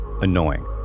annoying